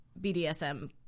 BDSM